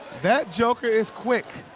that joker is quick.